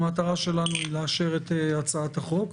המטרה שלנו היא לאשר את הצעת החוק,